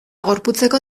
gorputzeko